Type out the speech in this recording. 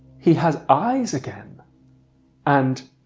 he has eyes again and